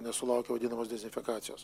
nesulaukia vadinamos dezinfekacijos